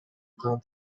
канат